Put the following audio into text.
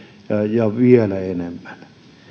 ja vielä enemmän